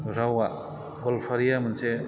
रावा गलपारिया मोनसे